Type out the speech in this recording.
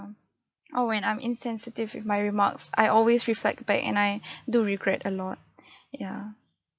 or when I'm insensitive with my remarks I always reflect back and I do regret a lot ya